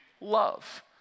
love